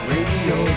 Radio